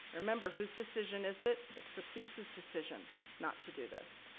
remember, whose decision is it? it's the police's decision not to do this.